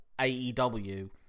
AEW